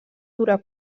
durar